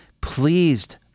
pleased